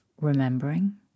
remembering